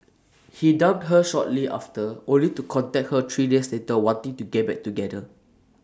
he dumped her shortly after only to contact her three days later wanting to get back together